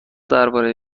درباره